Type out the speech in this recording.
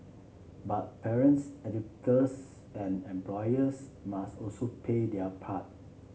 but parents educators and employers must also play their part